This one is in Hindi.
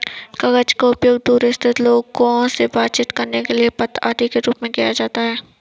कागज का उपयोग दूर स्थित लोगों से बातचीत के लिए पत्र आदि के रूप में किया जाता है